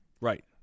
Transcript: right